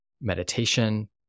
meditation